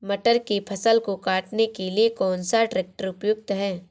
मटर की फसल को काटने के लिए कौन सा ट्रैक्टर उपयुक्त है?